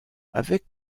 avec